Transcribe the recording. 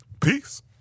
Peace